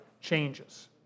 changes